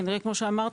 כנראה כמו שאמרת,